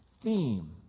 theme